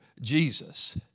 Jesus